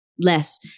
less